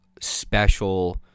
special